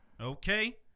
Okay